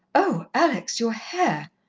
oh, alex! your hair!